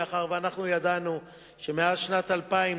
מאחר שאנחנו ידענו שמאז שנת 2000,